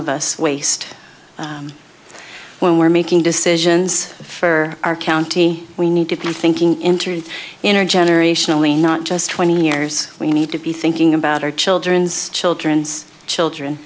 of us waste when we're making decisions for our county we need to plan thinking interest in or generationally not just twenty years we need to be thinking about our children's children's children